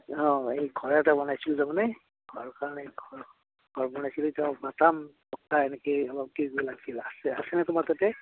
অঁ এই ঘৰ এটা বনাইছিলোঁ তাৰমানে ঘৰ কাৰণে ঘৰ বনাইছিলোঁ বাতাম তক্টা এনেকে অলপ কিবা লাগছিল আছে আছেনে তোমাৰ তাতে